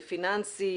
פיננסי,